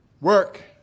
work